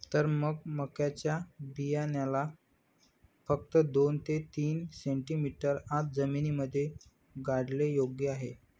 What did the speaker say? तर मग मक्याच्या बियाण्याला फक्त दोन ते तीन सेंटीमीटर आत जमिनीमध्ये गाडने योग्य आहे